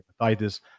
hepatitis